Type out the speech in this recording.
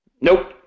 Nope